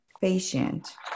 patient